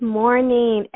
morning